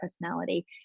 personality